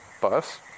bus